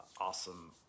awesome